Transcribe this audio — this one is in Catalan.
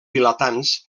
vilatans